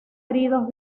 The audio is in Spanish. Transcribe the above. heridos